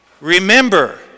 remember